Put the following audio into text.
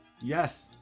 Yes